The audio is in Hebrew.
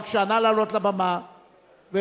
בבקשה, נא לעלות לבמה ולפקח